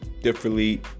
differently